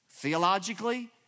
Theologically